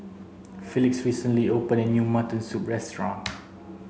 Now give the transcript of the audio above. felix recently opened a new mutton soup restaurant